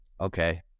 okay